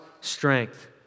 strength